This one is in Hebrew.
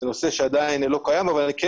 זה נושא שעדיין לא קיים אבל אני כן